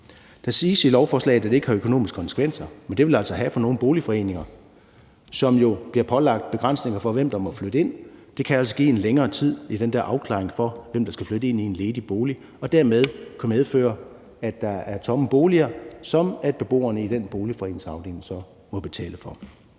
Man siger i lovforslaget, at det ikke har økonomiske konsekvenser, men det vil det altså have for nogle boligforeninger, som jo bliver pålagt begrænsninger, i forhold til hvem der må flytte ind. Det kan altså give en længere tid i den der afklaring af, hvem der skal flytte ind i en ledig bolig, og dermed kunne medføre, at der er tomme boliger, som beboerne i den boligforeningsafdeling så må betale for.